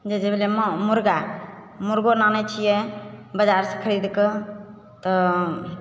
जैसे भेलय मा मुर्गा मुर्गो लानय छियै बजारसँ खरीदके तऽ